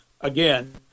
again